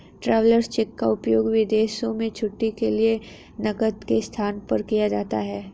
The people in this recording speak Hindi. ट्रैवेलर्स चेक का उपयोग विदेशों में छुट्टी के दिन नकद के स्थान पर किया जाता है